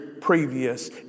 previous